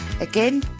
Again